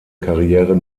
karriere